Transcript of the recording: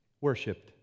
Worshipped